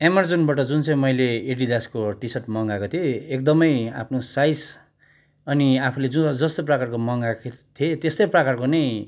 एमाजोनबाट जुन चाहिँ मैले एडिडासको टी सर्ट मगाएको थिएँ एकदमै आफ्नो साइज अनि आफूले जो जस्तो प्रकारको मगाएको थिएँ त्यस्तै प्रकारको नै